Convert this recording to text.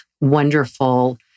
wonderful